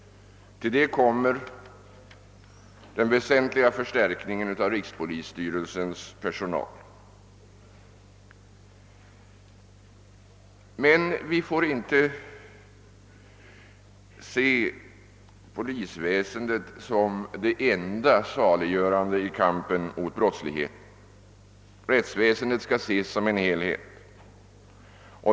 Till detta kommer sedan den väsentliga förstärkningen av rikspolisstyrelsens personal. Vi får emellertid inte se polisväsendet som det enda saliggörande i kampen mot brottsligheten. Rättsväsendet skall ses som en helhet.